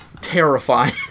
Terrifying